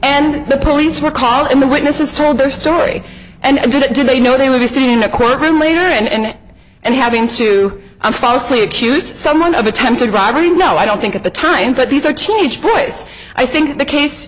and the police were called and the witnesses told their story and did it did they know they were staying in a courtroom later and and having to i'm falsely accused someone of attempted robbery no i don't think at the time but these are changed ways i think the case